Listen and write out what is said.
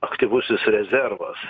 aktyvusis rezervas